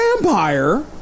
vampire